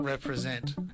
Represent